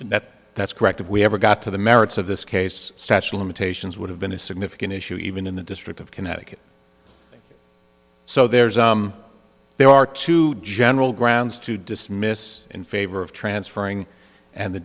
and that that's correct if we ever got to the merits of this case statue limitations would have been a significant issue even in the district of connecticut so there's a there are two general grounds to dismiss in favor of transferring and the